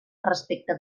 respecte